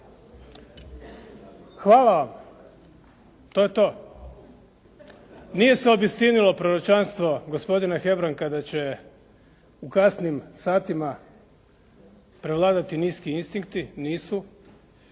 Hvala. To je to. Nije se obistinilo proročanstvo gospodine Hebrang kada će u kasnim satima prevladati niski instinkti, nisu.